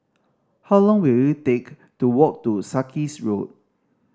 how long will it take to walk to Sarkies Road